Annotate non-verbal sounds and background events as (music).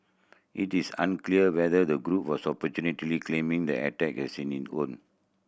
it is unclear whether the group was (unintelligible) claiming the attack as (unintelligible) own